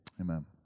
Amen